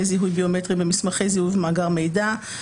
זיהוי ביומטריים במסמכי זיהוי ובמאגר מידע,